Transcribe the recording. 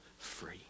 free